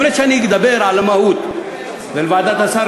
לפני שאני אדבר על המהות ועל ועדת השרים